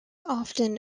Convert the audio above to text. often